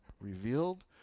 revealed